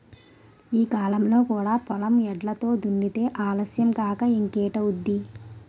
ఈ కాలంలో కూడా పొలం ఎడ్లతో దున్నితే ఆలస్యం కాక ఇంకేటౌద్ది?